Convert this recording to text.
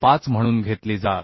5म्हणून घेतली जातात